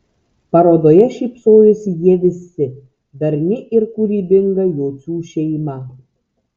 parodoje šypsojosi jie visi darni ir kūrybinga jocių šeima